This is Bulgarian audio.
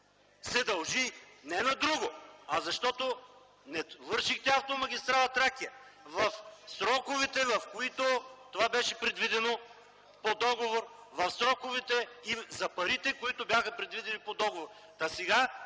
се дължи не на друго, а защото не довършихте автомагистрала „Люлин” в сроковете, в които това беше предвидено по договор, в сроковете и за парите, за които беше предвидено по договор. Затова